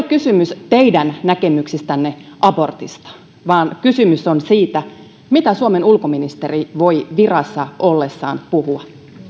kysymys teidän näkemyksistänne abortista vaan kysymys on siitä mitä suomen ulkoministeri voi virassa ollessaan puhua